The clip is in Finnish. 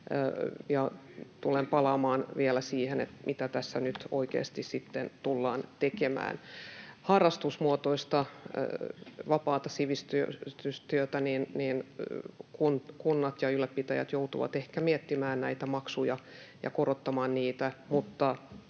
tulen palaamaan vielä siihen, mitä tässä nyt oikeasti sitten tullaan tekemään. Harrastusmuotoisen vapaan sivistystyön osalta kunnat ja ylläpitäjät joutuvat ehkä miettimään näitä maksuja ja korottamaan niitä, mutta